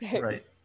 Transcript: right